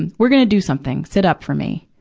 and we're gonna do something. sit up for me.